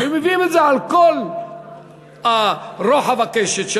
ומביאים את זה על כל רוחב הקשת של